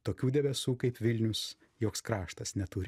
tokių debesų kaip vilnius joks kraštas neturi